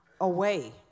away